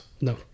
no